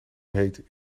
heet